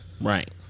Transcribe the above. Right